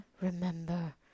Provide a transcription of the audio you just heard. Remember